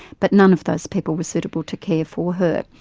but none of those people were suitable to care for her,